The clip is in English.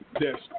Yes